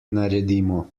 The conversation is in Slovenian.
naredimo